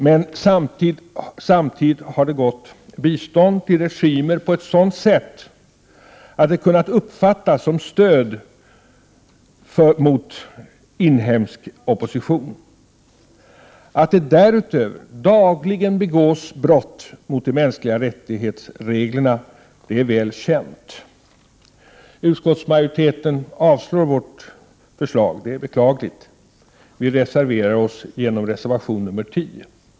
Men samtidigt har det gått bistånd till regimer på ett sådant sätt att det har kunnat uppfattas som ett stöd, mot inhemsk opposition. Att det därutöver dagligen begås brott mot reglerna för de mänskliga rättigheterna är väl känt. Utskottsmajoriteten avstyrker vårt förslag. Det är beklagligt. Vi reserverar oss genom reservation 10.